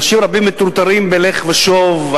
אנשים רבים מטורטרים בלך ושוב,